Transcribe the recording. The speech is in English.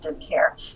care